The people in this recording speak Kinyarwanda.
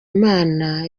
imana